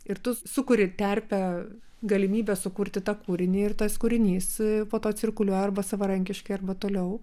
ir tu sukuri terpę galimybė sukurti tą kūrinį ir tas kūrinys po to cirkuliuoja arba savarankiškai arba toliau